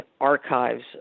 archives